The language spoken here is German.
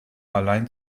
allein